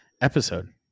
episode